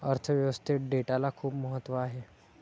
अर्थ व्यवस्थेत डेटाला खूप महत्त्व आहे